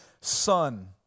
son